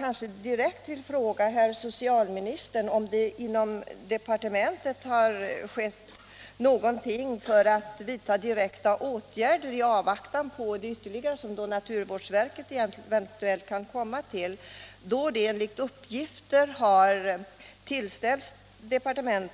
Jag vill ändå fråga socialministern om man inom departementet har för avsikt att vidta direkta åtgärder i avvaktan på vad produktkontrollnämnden eventuellt ytterligare kan ha att anföra. Enligt uppgifter har